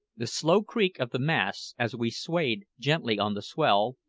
the slow creak of the masts as we swayed gently on the swell,